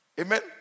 Amen